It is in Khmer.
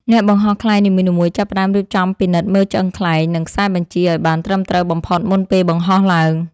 អ្នកបង្ហោះខ្លែងនីមួយៗចាប់ផ្ដើមរៀបចំពិនិត្យមើលឆ្អឹងខ្លែង និងខ្សែបញ្ជាឱ្យបានត្រឹមត្រូវបំផុតមុនពេលបង្ហោះឡើង។